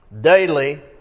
Daily